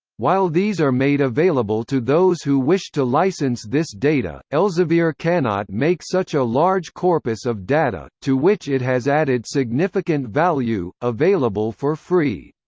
while these are made available to those who wish to license this data, elsevier cannot make such a large corpus of data, to which it has added significant value, available for free.